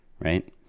Right